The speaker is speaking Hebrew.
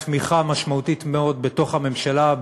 תמיכה משמעותית מאוד בתוך הממשלה,